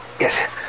yes